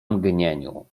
mgnieniu